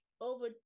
over